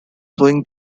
blowing